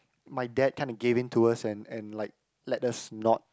my dad kinda give in to us and and like let us not